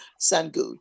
sangu